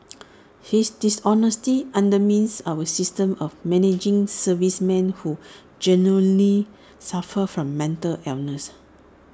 his dishonesty undermines our system of managing servicemen who genuinely suffer from mental illness